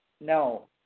No